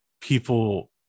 people